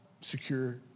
secure